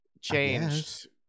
changed